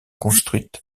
construite